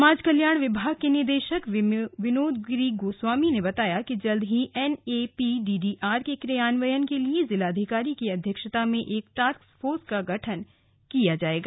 समाज कल्याण विभाग के निदेशक विनोद गिरी गोस्वामी ने बताया कि जल्द ही एनएपीडीआर के क्रियान्वयन के लिए जिलाधिकारी की अध्यक्षता में एक टास्कफोर्स का गठन किया जाएगा